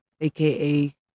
aka